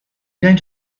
going